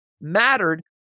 mattered